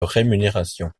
rémunération